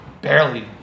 barely